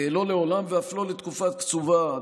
לא לעולם ואף לא לתקופה קצובה.